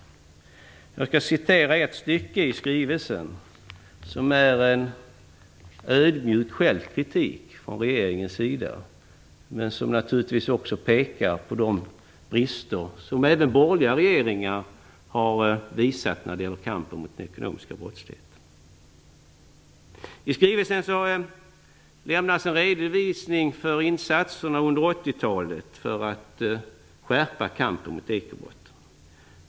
Jag skall citera ett stycke i skrivelsen som är en ödmjuk självkritik från regeringens sida, men som naturligtvis också pekar på de brister som även borgerliga regeringar har visat när det gäller kampen mot den ekonomiska brottsligheten. I skrivelsen lämnas en redovisning för insatserna under 80-talet för att skärpa kampen mot ekobrotten.